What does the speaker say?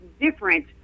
different